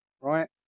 right